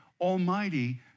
Almighty